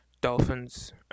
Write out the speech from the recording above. Dolphins